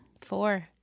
Four